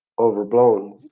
overblown